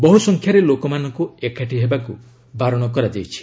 ବହୁସଂଖ୍ୟାରେ ଲୋକମାନଙ୍କୁ ଏକାଠି ହେବାକୁ ବାରଣ କରାଯାଇଛି